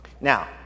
Now